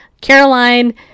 Caroline